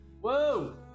Whoa